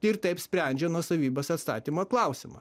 ir taip sprendžia nuosavybės atstatymo klausimą